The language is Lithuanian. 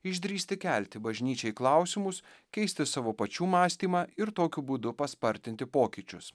išdrįsti kelti bažnyčiai klausimus keisti savo pačių mąstymą ir tokiu būdu paspartinti pokyčius